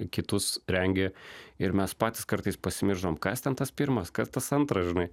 kitus rengi ir mes patys kartais pasimiršdavom kas ten tas pirmas kas tas antras žinai